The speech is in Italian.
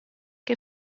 che